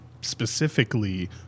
specifically